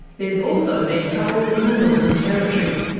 there's also been trouble in the northern territory.